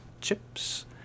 chips